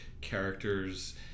characters